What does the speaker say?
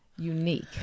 unique